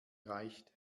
reicht